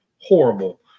horrible